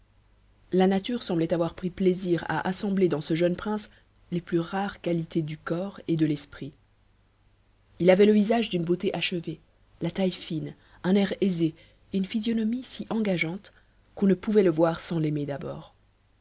la nature semblait avoir pris plaisir à assembler dans ce jeune prince les plus rares qualités du corps et de l'esprit h avait le visage d'une beauté achevée la taille fine uu air aisé et une physionomie si engageante qu'on ne pouvait le voir sans l'aimer d'abord